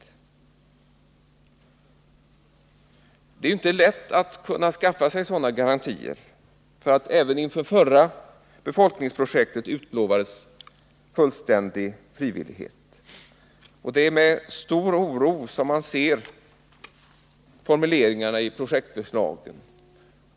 Det är inte lätt att kunna skaffa sig sådana garantier, för även inför förra befolkningsprojektet utlovades fullständig frivillighet. Det är med stor oro man ser formuleringarna i projektförslagen.